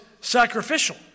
sacrificial